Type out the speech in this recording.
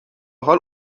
حال